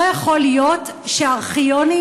לא יכול להיות שארכיונים,